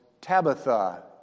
Tabitha